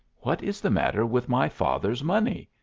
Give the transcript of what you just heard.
what is the matter with my father's money?